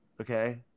Okay